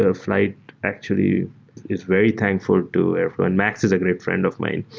ah flyte actually is very thankful to airflow, and max is a great friend of mine.